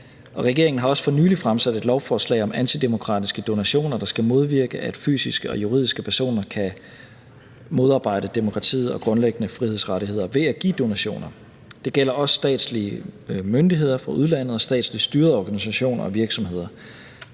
Regeringen har også for nylig fremsat et lovforslag om antidemokratiske donationer, der skal modvirke, at fysiske og juridiske personer kan modarbejde demokratiet og grundlæggende frihedsrettigheder ved at give donationer. Det gælder også statslige myndigheder fra udlandet og statsligt styrede organisationer og virksomheder.